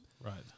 Right